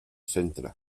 centre